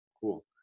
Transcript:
cool